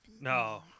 no